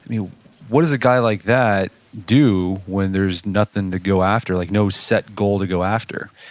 you know what does a guy like that do when there's nothing to go after, like no set goal to go after?